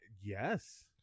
yes